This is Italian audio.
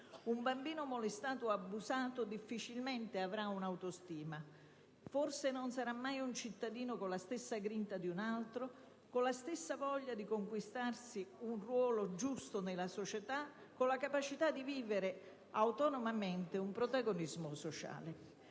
Un bambino molestato o abusato difficilmente avrà un'autostima; forse non sarà mai un cittadino con la stessa grinta di un altro, con la stessa voglia di conquistarsi un giusto ruolo nella società, con la capacità di vivere autonomamente un protagonismo sociale.